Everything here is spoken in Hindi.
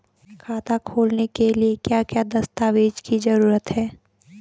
खाता खोलने के लिए क्या क्या दस्तावेज़ की जरूरत है?